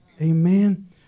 Amen